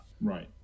Right